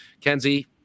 Kenzie